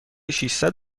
ششصد